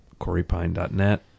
CoreyPine.net